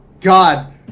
God